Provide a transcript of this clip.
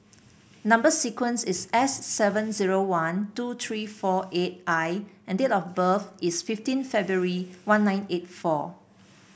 number sequence is S seven zero one two three four eight I and date of birth is fifteen February one nine eight four